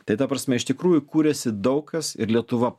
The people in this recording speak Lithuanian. tai ta prasme iš tikrųjų kuriasi daug kas ir lietuva